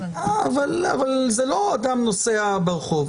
אבל זה לא אדם נוסע ברחוב.